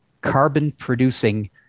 carbon-producing